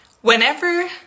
Whenever